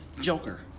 Joker